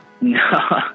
no